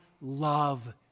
love